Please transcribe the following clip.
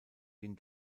den